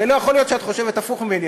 הרי לא יכול להיות שאת חושבת הפוך ממני,